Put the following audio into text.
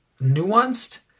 nuanced